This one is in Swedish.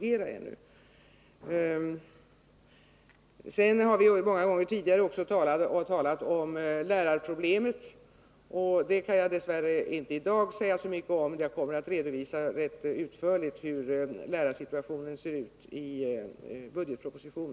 Lärarproblemet har vi många gånger tidigare talat om. Jag kan dess värre inte säga så mycket om det i dag. Jag kommer i budgetpropositionen att rätt utförligt redovisa lärarsituationen.